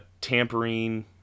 tampering